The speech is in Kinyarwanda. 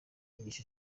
yigisha